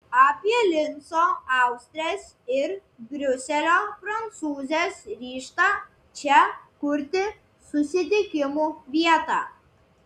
apie linco austrės ir briuselio prancūzės ryžtą čia kurti susitikimų vietą